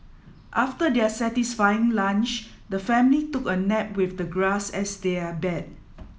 after their satisfying lunch the family took a nap with the grass as their bed